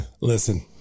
Listen